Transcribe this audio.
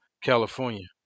California